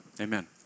Amen